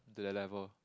to their level